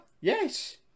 Yes